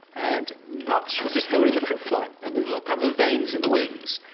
and notch was discovered in the fruit fly, and the little pattern of veins in the wings,